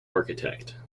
architect